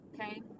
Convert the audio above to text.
okay